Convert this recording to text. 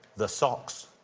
the socks.